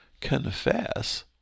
confess